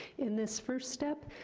in this first step,